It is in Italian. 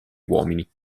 uomini